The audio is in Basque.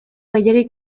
gehiegi